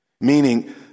meaning